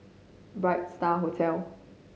Bright Star Hotel